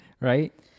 right